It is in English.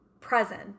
present